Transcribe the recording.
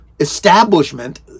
establishment